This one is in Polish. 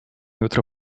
jutro